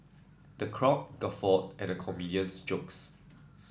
the crowd guffawed at the comedian's jokes